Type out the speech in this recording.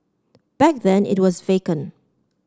back then it was vacant